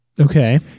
Okay